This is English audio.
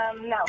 no